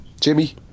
Jimmy